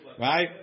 right